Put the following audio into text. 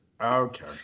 okay